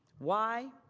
why?